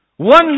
One